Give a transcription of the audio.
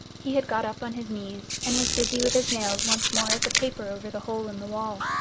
he had got up on his knees, and was busy with his nails once more at the paper over the hole in the wall.